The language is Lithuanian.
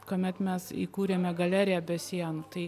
kuomet mes įkūrėme galeriją be sienų tai